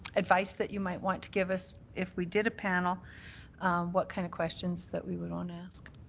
advice that you might want to give us, if we did a panel what, kind of questions that we would want to ask?